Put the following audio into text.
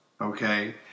okay